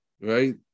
right